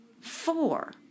Four